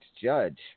Judge